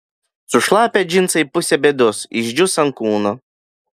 sušlapę džinsai pusė bėdos išdžius ant kūno